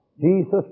Jesus